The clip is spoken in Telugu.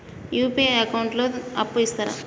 యూ.పీ.ఐ అకౌంట్ లో అప్పు ఇస్తరా?